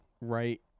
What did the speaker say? right